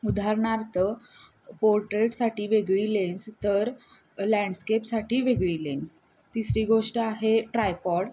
उदाहरणार्थ पोर्ट्रेटसाठी वेगळी लेन्स तर लँडस्केपसाठी वेगळी लेन्स तिसरी गोष्ट आहे ट्रायपॉड